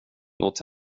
låt